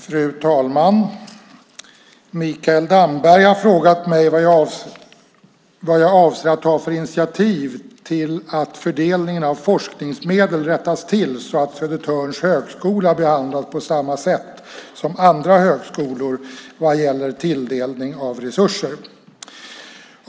Fru talman! Mikael Damberg har frågat mig om jag avser att ta initiativ till att fördelningen av forskningsmedel rättas till så att Södertörns högskola behandlas på samma sätt som andra högskolor vad gäller tilldelning av resurser.